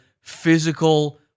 physical